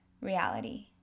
reality